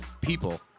people